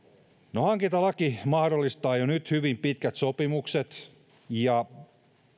hankintalaki mahdollistaa jo nyt hyvin pitkät sopimukset ja